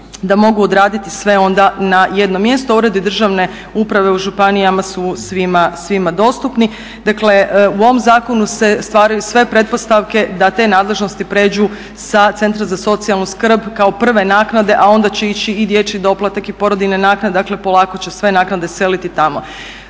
da mogu odraditi sve onda na jednom mjestu, a Uredi državne uprave u županijama su svima dostupni. Dakle, u ovom zakonu se stvaraju sve pretpostavke da te nadležnosti prijeđu sa Centra za socijalnu skrb kao prve naknade, a onda će ići i dječji doplatak i porodiljne naknade. Dakle, polako će sve naknade seliti tamo.